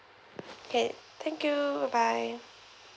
okay thank you bye bye